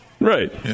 Right